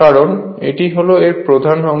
কারণ এটি হল এর প্রধান অংশ